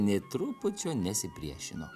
nė trupučio nesipriešino